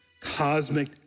cosmic